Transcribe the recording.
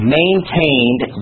maintained